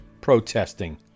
protesting